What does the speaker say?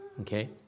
Okay